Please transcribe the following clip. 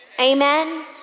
Amen